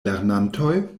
lernantoj